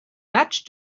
match